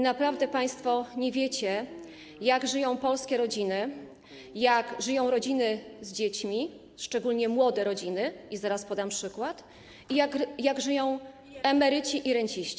Naprawdę państwo nie wiecie, jak żyją polskie rodziny, jak żyją rodziny z dziećmi, szczególnie młode rodziny - i zaraz podam przykład - jak żyją emeryci i renciści.